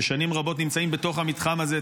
ששנים רבות נמצאים בתוך המתחם הזה,